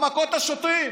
המכות לשוטרים.